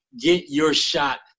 get-your-shot